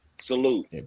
salute